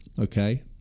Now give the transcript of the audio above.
Okay